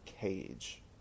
cage